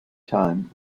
time